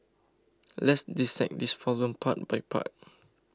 let's dissect this problem part by part